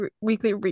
weekly